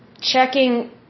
checking